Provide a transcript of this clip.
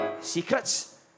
Secrets